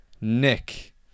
Nick